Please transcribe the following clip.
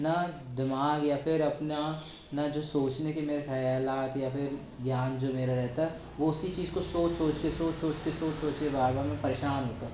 अपना दिमाग या फिर अपना ना जो सोचने के या फिर ज्ञान जो मेरा रहता है वो उसी चीज़ को सोच सोचके सोच सोचके सोच सोचके बार बार मैं परेशान होता हूँ